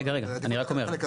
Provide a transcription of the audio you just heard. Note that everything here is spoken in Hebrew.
רגע, רגע, אני רק אומר.